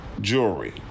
jewelry